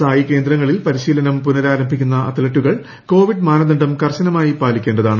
സായി കേന്ദ്രങ്ങളിൽ പരിശീലനം പുനഃരാരംഭിക്കുന്ന അത്ലറ്റുകൾ കോവിഡ് മാനദണ്ഡം കർശനമായി പാലിക്കേണ്ടതാണ്